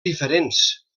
diferents